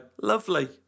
lovely